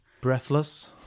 breathless